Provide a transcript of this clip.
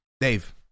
Dave